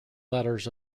letters